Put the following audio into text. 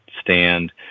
stand